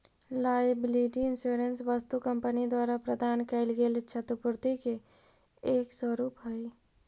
liability insurance वस्तु company द्वारा प्रदान कैइल गेल क्षतिपूर्ति के एक स्वरूप हई